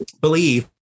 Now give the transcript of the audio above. believe